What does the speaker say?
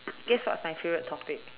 guess what's my favourite topic